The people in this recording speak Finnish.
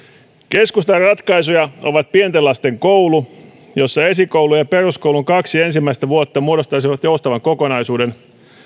keskustan ratkaisuja ovat pienten lasten koulu jossa esikoulu ja peruskoulun kaksi ensimmäistä vuotta muodostaisivat joustavan kokonaisuuden